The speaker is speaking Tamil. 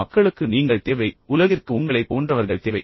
மக்களுக்கு நீங்கள் தேவை உலகிற்கு உங்களைப் போன்றவர்கள் தேவை